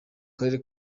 karere